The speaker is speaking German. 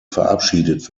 verabschiedet